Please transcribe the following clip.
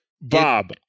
Bob